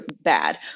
bad